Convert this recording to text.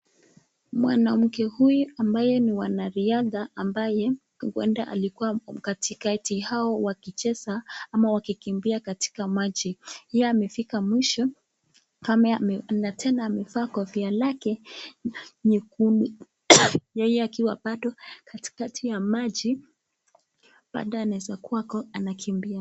Mwanamke huyu ambaye ni mwanariadha ambaye huenda alikuwa katikati au wakicheza, ama wakikimbia katika maji. Yeye amefika mwisho, na tena amevaa kofia lake nyekundu, yeye akiwa bado katikati ya maji bado anaweza kuwa ako anakimbia.